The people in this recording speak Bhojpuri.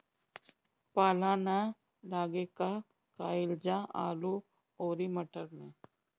पाला न लागे का कयिल जा आलू औरी मटर मैं?